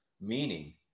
meaning